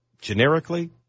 generically